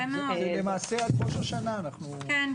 אז למעשה עד ראש השנה אנחנו --- כן,